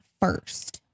first